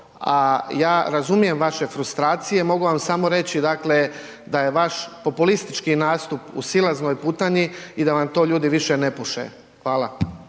a ja razumijem vaše frustracije. Mogu vam samo reći dakle da je vaš populistički nastup u silaznoj putanji i da vam to ljudi više ne puše. Hvala.